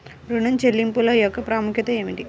ఋణ చెల్లింపుల యొక్క ప్రాముఖ్యత ఏమిటీ?